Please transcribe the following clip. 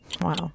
Wow